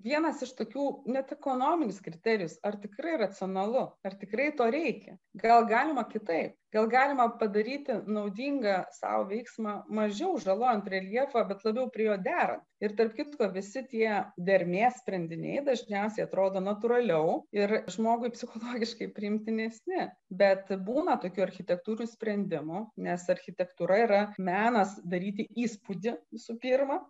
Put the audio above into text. vienas iš tokių net ekonominis kriterijus ar tikrai racionalu ar tikrai to reikia gal galima kitaip gal galima padaryti naudingą sau veiksmą mažiau žalojant reljefą bet labiau prie jo dera ir tarp kitko visi tie dermės sprendiniai dažniausiai atrodo natūraliau ir žmogui psichologiškai priimtinesni bet būna tokių architektūrinių sprendimų nes architektūra yra menas daryti įspūdį visų pirma